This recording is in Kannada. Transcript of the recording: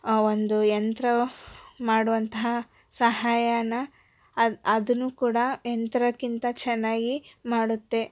ಒಂದು ಯಂತ್ರ ಮಾಡುವಂತಹ ಸಹಾಯನ ಅದೂನು ಕೂಡ ಯಂತ್ರಕ್ಕಿಂತ ಚೆನ್ನಾಗಿ ಮಾಡುತ್ತೆ